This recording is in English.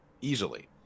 easily